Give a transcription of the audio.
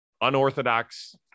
unorthodox